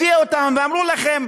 הביאה אותם ואמרו להם: